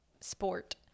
sport